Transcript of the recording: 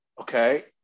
okay